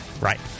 Right